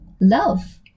love